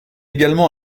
également